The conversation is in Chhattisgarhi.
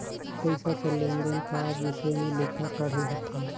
पइसा कर लेन देन का बिसे में लिखा पढ़ी होथे